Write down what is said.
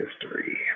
history